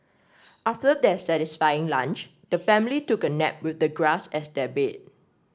after their satisfying lunch the family took a nap with the grass as their bed